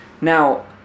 Now